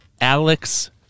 Alex